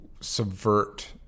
subvert